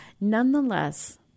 Nonetheless